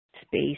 space